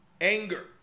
anger